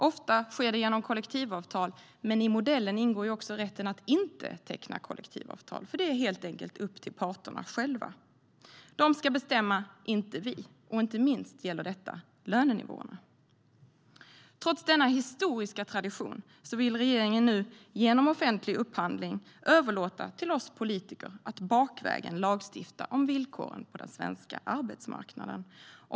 Ofta sker det genom kollektivavtal, men i modellen ingår också rätten att inte teckna kollektivavtal. Det är helt enkelt upp till parterna själva. De ska bestämma - inte vi. Inte minst gäller detta lönenivåerna. Trots denna historiska tradition vill regeringen nu genom offentlig upphandling överlåta till oss politiker att bakvägen lagstifta om villkoren på den svenska arbetsmarknaden.